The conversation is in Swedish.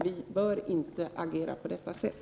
Vi bör inte agera på detta sätt.